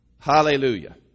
Hallelujah